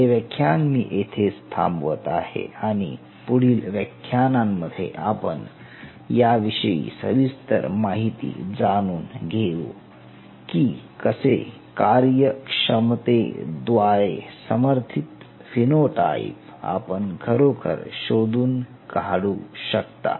हे व्याख्यान मी येथेच थांबवत आहे आणि पुढील व्याख्यानांमध्ये आपण याविषयी सविस्तर माहिती जाणून घेऊ की कसे कार्यक्षमतेद्वारे समर्थित फिनोटाइप आपण खरोखर शोधून काढू शकता